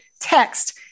text